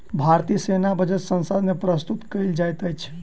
भारतीय सेना बजट संसद मे प्रस्तुत कयल जाइत अछि